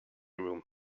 room